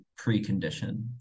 precondition